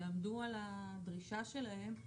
ויעמדו על הדרישה שלהם,